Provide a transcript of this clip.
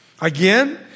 Again